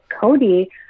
Cody